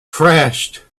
crashed